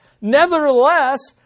Nevertheless